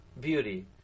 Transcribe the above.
beauty